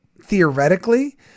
theoretically